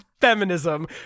feminism